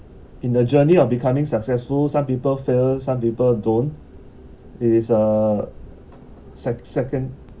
in the journey of becoming successful some people fail some people don't it is a sec~ second